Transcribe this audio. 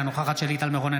אינה נוכחת שלי טל מירון,